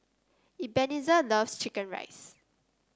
Ebenezer loves chicken rice